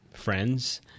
friends